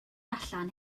allan